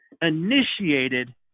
initiated